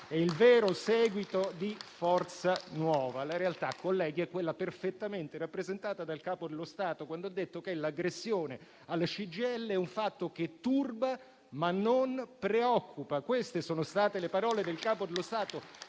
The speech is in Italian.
è il vero seguito di Forza Nuova. La realtà, colleghi, è quella perfettamente rappresentata dal Capo dello Stato quando ha detto che l'aggressione alla CGIL è un fatto che turba, ma non preoccupa. Queste sono state le parole del Capo dello Stato: